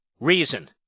Reason